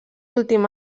últim